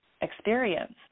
experience